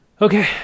Okay